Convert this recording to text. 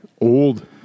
Old